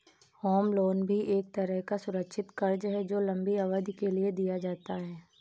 home loan भी एक तरह का सुरक्षित कर्ज है जो लम्बी अवधि के लिए दिया जाता है